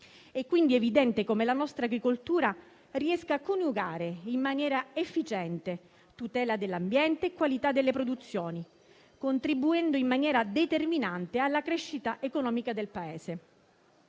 È quindi evidente come la nostra agricoltura riesca a coniugare in maniera efficiente tutela dell'ambiente e qualità delle produzioni, contribuendo in maniera determinante alla crescita economica del Paese.